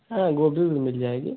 हाँ गोभी भी मिल जाएगी